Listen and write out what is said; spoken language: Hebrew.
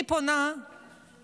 אני פונה לרבנים: